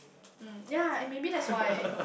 hmm yea maybe that's why